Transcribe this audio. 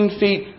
feet